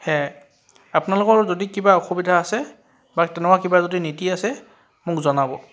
সেয়াই আপোনালোকৰো যদি কিবা অসুবিধা আছে বা তেনেকুৱা কিবা যদি নীতি আছে মোক জনাব